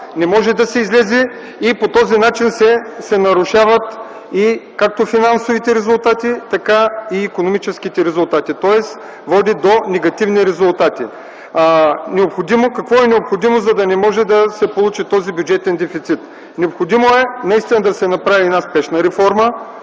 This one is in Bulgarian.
не може да се излезе. По този начин се нарушават както финансовите, така и икономическите резултати, тоест това води до негативни резултати. Какво е необходимо, за да не се получава такъв бюджетен дефицит? Необходимо е наистина да се направи спешна реформа,